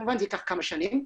זה ייקח כמה שנים.